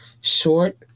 short